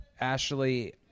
ashley